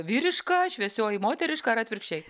vyriška šviesioji moteriška ar atvirkščiai